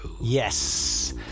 Yes